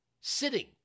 sitting